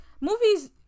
movies